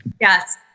Yes